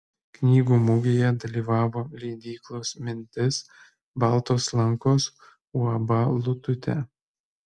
knygų mugėje dalyvavo leidyklos mintis baltos lankos uab lututė